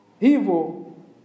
Evil